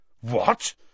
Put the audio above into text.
What